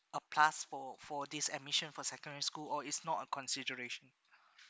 a plus for for this admission for secondary school or is not a consideration